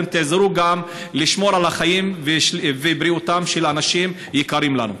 אתם תעזרו גם לשמור על החיים ועל הבריאות של אנשים יקרים לנו.